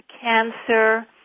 cancer